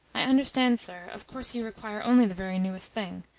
i understand, sir. of course you require only the very newest thing.